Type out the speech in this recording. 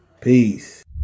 peace